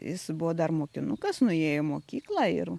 jis buvo dar mokinukas nuėjo į mokyklą ir